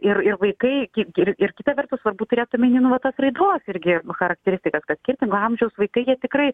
ir ir vaikai kiek ir ir kita vertus svarbu turėt omeny nu vat tos raidos irgi charakteristikas kad skirtingo amžiaus vaikai jie tikrai